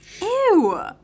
Ew